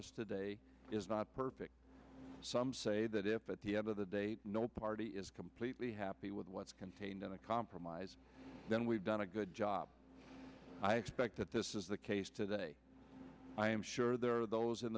us today is not perfect some say that if at the end of the day no party is completely happy with what's contained in the compromise then we've done a good job i expect that this is the case today i am sure there are those in